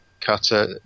Cutter